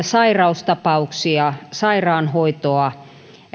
sairaustapauksia sairaanhoitoa